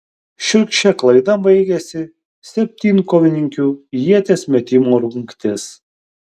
šiurkščia klaida baigėsi septynkovininkių ieties metimo rungtis